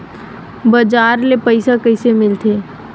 बजार ले पईसा कइसे मिलथे?